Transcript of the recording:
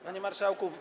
Panie Marszałku!